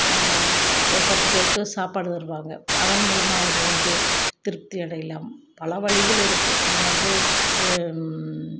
ஒரு பத்து பேருக்கு சாப்பாடு தருவாங்க அதன் மூலமாக அவங்க வந்து திருப்தி அடையலாம் பல வழிகள் இருக்குது நம்ம வந்து